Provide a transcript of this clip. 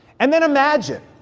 and then imagine,